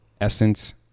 Essence